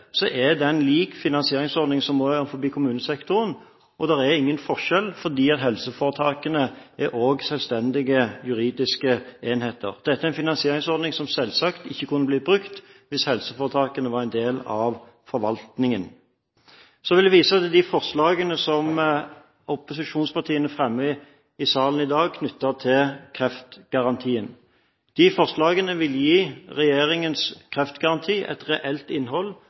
er den lik finansieringsordningen som er innenfor kommunesektoren. Det er ingen forskjell fordi helseforetakene er også selvstendige juridiske enheter. Dette er en finansieringsordning som selvsagt ikke kunne bli brukt hvis helseforetakene var en del av forvaltningen. Så vil jeg vise til de forslagene som opposisjonspartiene fremmer i salen i dag knyttet til kreftgarantien. De forslagene vil gi regjeringens kreftgaranti et reelt innhold,